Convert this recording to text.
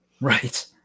right